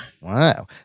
Wow